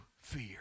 fear